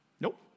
Nope